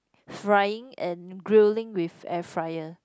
frying and grilling with air fryer